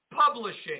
publishing